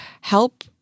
help